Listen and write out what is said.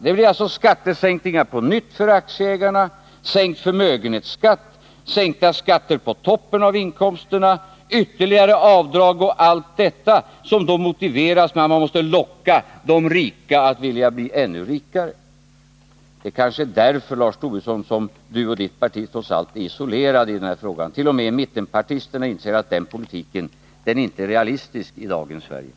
Det blir alltså skattesänkningar på nytt för aktieägarna, sänkt förmögenhetsskatt, sänkt skatt på toppen av inkomsten, ytterligare avdrag och allt möjligt annat - som då motiveras med att man måste locka de rika att vilja bli ännu rikare. Det kanske är därför som Lars Tobisson och hans parti trots allt står isolerade i den här frågan. T. o. m. mittenpartisterna inser att den här politiken inte är realistisk i dagens Sverige.